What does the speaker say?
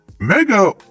Mega